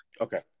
okay